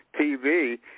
TV